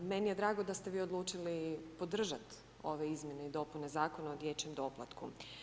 Meni je drago da ste vi odlučili podržati ove izmjene i dopune Zakona o dječjem doplatku.